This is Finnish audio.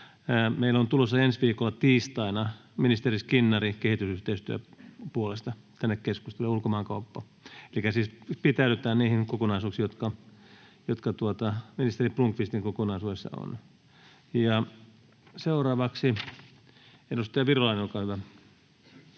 Meillä on tulossa ensi viikolla tiistaina ministeri Skinnari kehitysyhteistyön ja ulkomaankaupan puolesta tänne keskusteluun. Elikkä siis pitäydytään niissä kokonaisuuksissa, jotka ovat ministeri Blomqvistin kokonaisuudessa. — Seuraavaksi edustaja Virolainen, olkaa hyvä.